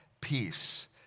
peace